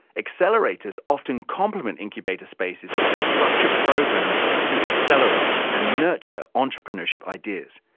accelerators often complement incubator spaces as structured programmes to accelerate and nurture entrepreneurship ideas.